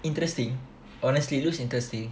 interesting honestly it looks interesting